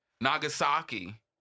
Nagasaki